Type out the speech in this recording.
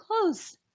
close